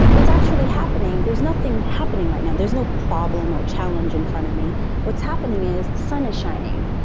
what's actually happening there's nothing happening right now. there's no problem or challenge in front of me what's happening is the sun is shining,